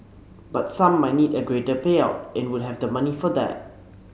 but some might need a greater payout and would have the money for that